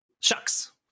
Shucks